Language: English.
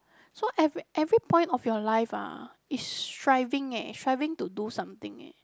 so every every point of your like ah is striving eh striving to do something eh